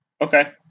Okay